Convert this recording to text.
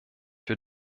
wir